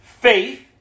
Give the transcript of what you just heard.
Faith